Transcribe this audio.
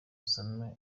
usome